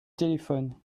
téléphone